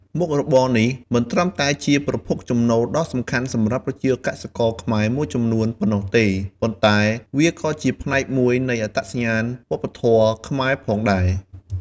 មុខរបរនេះមិនត្រឹមតែជាប្រភពចំណូលដ៏សំខាន់សម្រាប់ប្រជាកសិករខ្មែរមួយចំនួនប៉ុណ្ណោះទេ ប៉ុន្តែវាក៏ជាផ្នែកមួយនៃអត្តសញ្ញាណវប្បធម៌ខ្មែរផងដែរ។